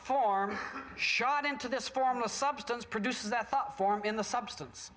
form shot into this form of substance produces a thought form in the substance